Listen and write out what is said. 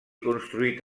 construït